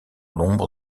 l’ombre